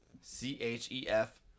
c-h-e-f